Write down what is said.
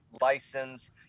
license